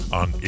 on